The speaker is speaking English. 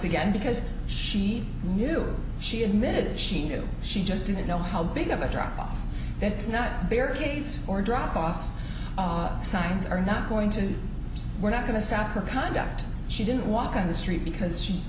again because she knew she admitted she knew she just didn't know how big of a drop off that's not barricades or drug costs signs are not going to we're not going to stop her conduct she didn't walk on the street because she